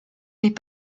n’est